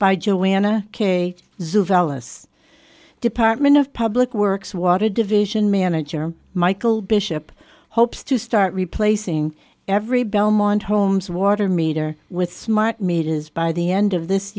by joanna k hz of alice department of public works water division manager michael bishop hopes to start replacing every belmont home's water meter with smart meters by the end of this